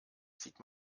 zieht